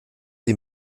sie